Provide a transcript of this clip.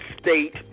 state